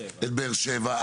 את באר שבע,